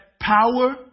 power